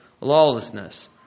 lawlessness